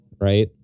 Right